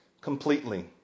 completely